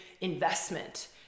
investment